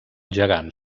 gegant